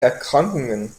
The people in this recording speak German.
erkrankungen